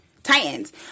Titans